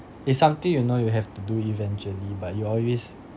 it's something you know you have to do eventually but you always